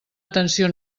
atenció